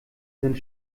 sind